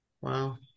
Wow